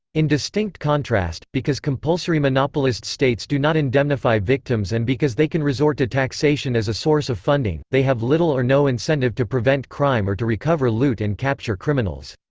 in distinct contrast, because compulsory monopolists states do not indemnify victims and because they can resort to taxation as a source of funding, they have little or no incentive to prevent crime or to recover loot and capture criminals.